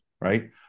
right